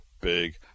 big